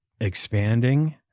expanding